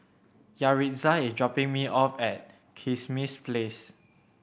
Yaritza is dropping me off at Kismis Place